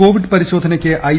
Covid പരിശോധനിയ്ക്ക് I